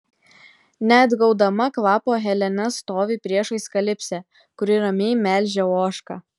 neatgaudama kvapo helena stovi priešais kalipsę kuri ramiai melžia ožką